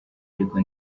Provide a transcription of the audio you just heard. ariko